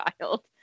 child